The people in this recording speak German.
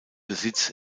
besitz